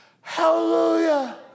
Hallelujah